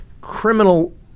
criminal